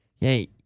Hey